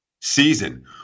season